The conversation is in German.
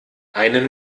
einen